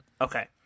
Okay